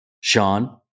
Sean